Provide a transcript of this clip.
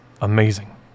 amazing